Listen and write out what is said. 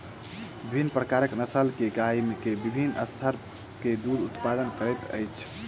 विभिन्न प्रकारक नस्ल के गाय के विभिन्न स्तर के दूधक उत्पादन करैत अछि